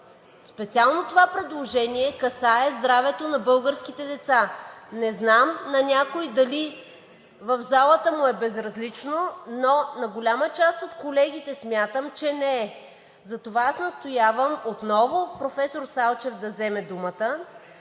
Специално това предложение касае здравето на българските деца. Не знам на някой в залата дали му е безразлично, но на голяма част от колегите смятам, че не е. Затова настоявам отново професор Салчев да вземе думата